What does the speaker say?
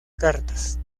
cartas